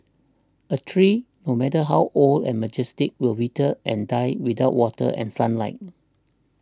a tree no matter how old and majestic will wither and die without water and sunlight